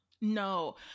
No